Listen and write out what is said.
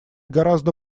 гораздо